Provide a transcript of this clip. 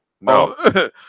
No